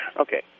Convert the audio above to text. Okay